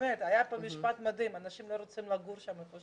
כאן משפט מדהים, שאנשים לא רוצים לגור שם.